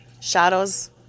shadows